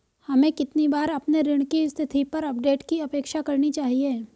हमें कितनी बार अपने ऋण की स्थिति पर अपडेट की अपेक्षा करनी चाहिए?